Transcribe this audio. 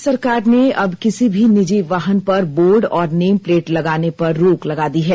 राज्य सरकार ने अब किसी भी निजी वाहनों पर बोर्ड और नेमप्लेट लगाने पर रोक लगा दी है